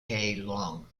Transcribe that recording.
long